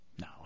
No